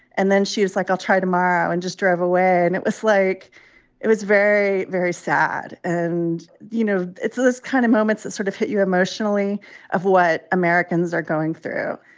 and then she was like, i'll try tomorrow, and just drove away and it was like it was very, very sad. and, you know, it's those kind of moments that sort of hit you emotionally of what americans are going through.